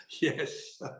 Yes